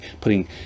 putting